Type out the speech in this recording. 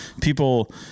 people